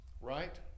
Right